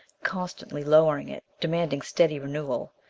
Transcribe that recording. constantly lower it, demanding steady renewal.